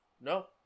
No